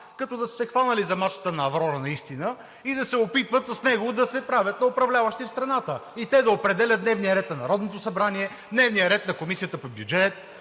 като да са се хванали за мачтата на „Аврора“ и се опитват с него да се правят на управляващи в страната, да определят дневния ред на Народното събрание и дневния ред на Комисията по бюджет